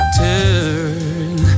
turn